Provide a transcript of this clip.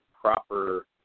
proper